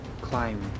climb